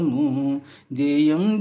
Deyam